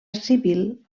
civil